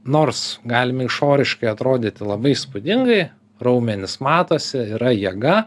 nors galime išoriškai atrodyti labai įspūdingai raumenys matosi yra jėga